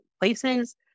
places